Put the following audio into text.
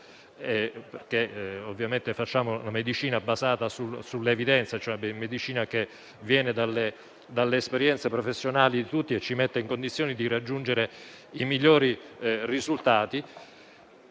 perché ovviamente pratichiamo una medicina basata sull'evidenza, che viene dalle esperienze professionali di tutti e ci mette in condizione di raggiungere i migliori risultati.